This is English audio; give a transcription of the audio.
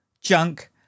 junk